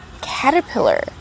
caterpillar